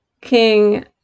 King